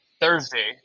Thursday